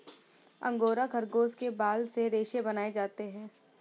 angora खरगोश के बाल से रेशे बनाए जाते हैं